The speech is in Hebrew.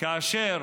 כאשר